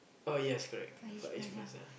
oh yes correct Far-East-Plaza